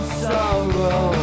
sorrow